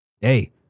Hey